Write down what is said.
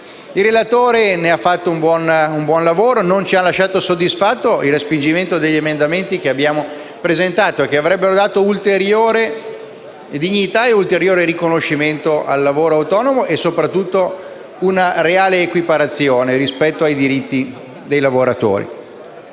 Il relatore ha fatto un buon lavoro, ma non ci ha soddisfatto la reiezione degli emendamenti che abbiamo presentato e che avrebbero dato ulteriore dignità e riconoscimento al lavoro autonomo e soprattutto una reale equiparazione rispetto ai diritti dei lavoratori.